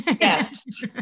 Yes